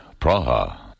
Praha